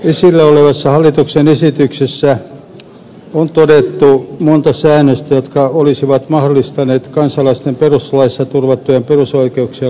esillä olevassa hallituksen esityksessä on todettu monta säännöstä jotka olisivat mahdollistaneet kansalaisten perustuslaissa turvattujen perusoikeuksien loukkaamisen